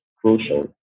crucial